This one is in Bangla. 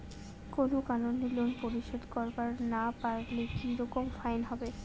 কোনো কারণে লোন পরিশোধ করিবার না পারিলে কি রকম ফাইন হবে?